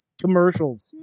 commercials